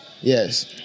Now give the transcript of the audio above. Yes